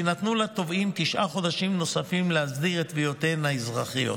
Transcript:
ויינתנו לתובעים תשעה חודשים נוספים להסדיר את תביעותיהם האזרחיות.